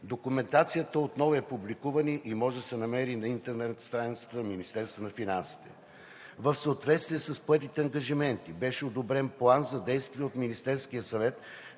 Документацията отново е публикувана и може да се намери на интернет страницата на Министерството на финансите. В съответствие с поетите ангажименти беше одобрен План за действие от Министерския съвет